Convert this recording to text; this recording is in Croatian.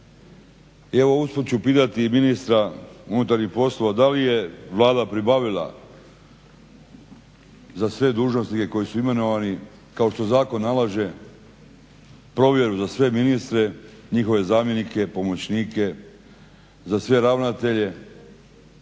sada. Usput ću pitati ministra unutarnjih poslova da li je Vlada pribavila za sve dužnosnike koji su imenovani kao što zakon nalaže provjeru za sve ministre, njihove zamjenike, pomoćnike za sve ravnatelje,